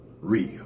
real